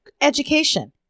Education